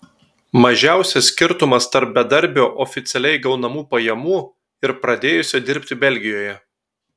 mažiausias skirtumas tarp bedarbio oficialiai gaunamų pajamų ir pradėjusio dirbti belgijoje